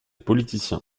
politicien